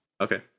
okay